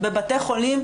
בבתי חולים,